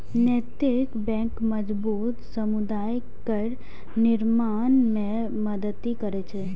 नैतिक बैंक मजबूत समुदाय केर निर्माण मे मदति करै छै